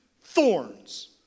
thorns